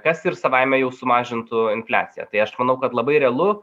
kas ir savaime jau sumažintų infliaciją tai aš manau kad labai realu